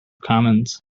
commons